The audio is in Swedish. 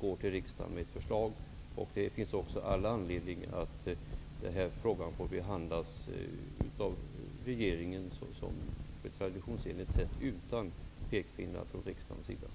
går till riksdagen med ett förslag. Det finns också all anledning att frågan får behandlas av regeringen på traditionsenligt sätt utan pekpinnar från riksdagen.